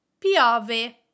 piove